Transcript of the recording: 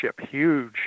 huge